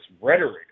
rhetoric